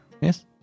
Yes